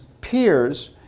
peers